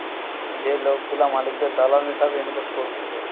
যে লোকগুলা মালিকের দালাল হিসেবে ইনভেস্ট করতিছে